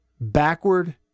backward